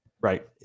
right